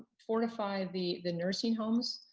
fortify the the nursing homes.